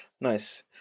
Nice